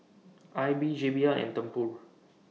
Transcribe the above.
AIBI J B L and Tempur